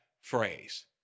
phrase